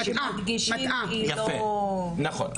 נכון.